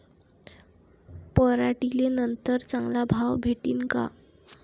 पराटीले नंतर चांगला भाव भेटीन का?